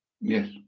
Yes